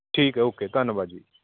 ਠੀਕ ਹੈ ਓਕੇ ਧੰਨਵਾਦ ਜੀ